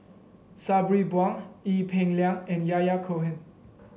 Sabri Buang Ee Peng Liang and Yahya Cohen